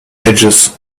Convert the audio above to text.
edges